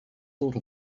thought